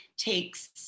takes